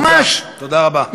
תודה, תודה רבה.